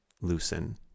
loosen